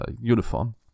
uniform